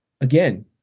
again